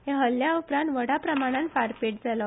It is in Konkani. हे हल्ल्या उपरांत व्हडाप्रमाणांत फारपेट जालो